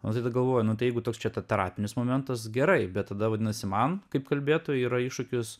o tada galvoju nu tai jeigu toks čia ta terapinis momentas gerai bet tada vadinasi man kaip kalbėtojui yra iššūkis